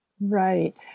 Right